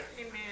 Amen